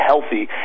healthy